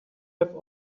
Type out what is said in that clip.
have